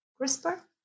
CRISPR